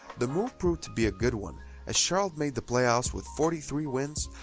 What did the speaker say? the move proved to be a good one as charlotte made the playoffs with forty three wins,